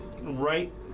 right